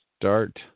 start